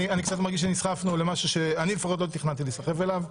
אני קצת מרגיש שנסחפנו למשהו שאני לפחות לא תכננתי להיסחף אליו.